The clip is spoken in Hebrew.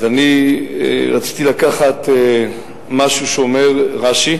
אני רציתי לקחת משהו שאומר רש"י,